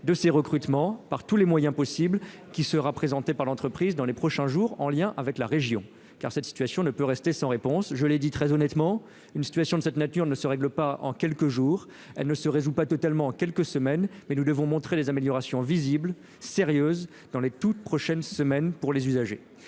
de ces recrutements par tous les moyens possibles, qui sera présenté par l'entreprise dans les prochains jours, en lien avec la région, car cette situation ne peut rester sans réponse, je l'ai dit, très honnêtement, une situation de cette nature ne se règle pas en quelques jours, elle ne se résout pas totalement quelques semaines mais nous devons montrer des améliorations visibles sérieuse dans les toutes prochaines semaines pour les usagers,